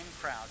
crowd